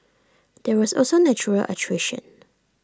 there was also natural attrition